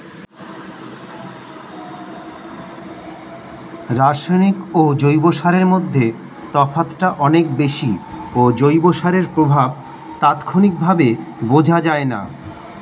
রাসায়নিক ও জৈব সারের মধ্যে তফাৎটা অনেক বেশি ও জৈব সারের প্রভাব তাৎক্ষণিকভাবে বোঝা যায়না